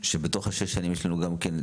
בתוך שש השנים יש גם ההתמחות?